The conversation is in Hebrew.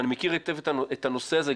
ואני מכיר היטב את הנושא הזה,